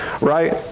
right